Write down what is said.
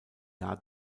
jahr